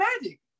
Magic